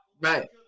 Right